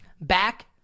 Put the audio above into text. Back